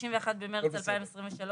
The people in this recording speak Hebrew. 31 במרץ 2023,